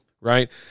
right